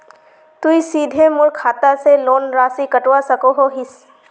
तुई सीधे मोर खाता से लोन राशि कटवा सकोहो हिस?